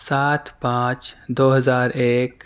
سات پانچ دو ہزار ایک